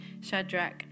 Shadrach